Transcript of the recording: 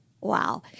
Wow